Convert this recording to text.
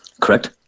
Correct